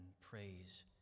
praise